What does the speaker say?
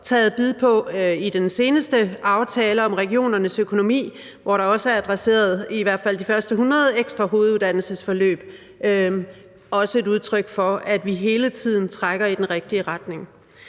taget fat på i den seneste aftale om regionernes økonomi, hvor der også er adresseret i hvert fald de første 100 ekstra hoveduddannelsesforløb, hvilket også er et udtryk for, at vi hele tiden trækker i den rigtige retning.